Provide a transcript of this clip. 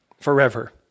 forever